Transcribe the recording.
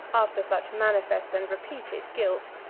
after such manifest and repeated guilt,